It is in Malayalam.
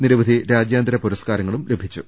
നിരവധി രാജ്യാന്തര പുരസ്കാരങ്ങളും ലഭിച്ചു